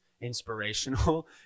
inspirational